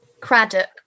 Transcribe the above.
Craddock